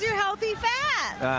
healthy fat.